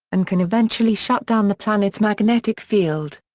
and can eventually shut down the planet's magnetic field.